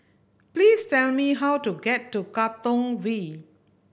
please tell me how to get to Katong V